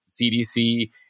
CDC